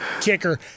kicker